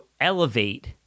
elevate